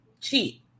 cheat